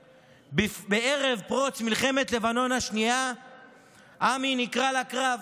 ובערב פרוץ מלחמת לבנון השנייה עמי נקרא לקרב.